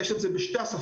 יש את זה בשתי השפות,